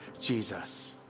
Jesus